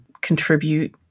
contribute